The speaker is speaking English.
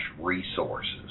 resources